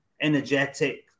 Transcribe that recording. energetic